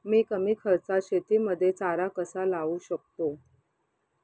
मी कमी खर्चात शेतीमध्ये चारा कसा लावू शकतो?